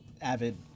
avid